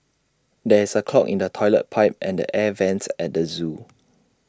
there is A clog in the Toilet Pipe and the air Vents at the Zoo